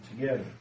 together